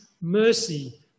mercy